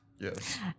Yes